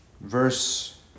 Verse